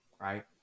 Right